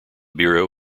bureau